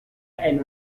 and